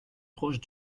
proche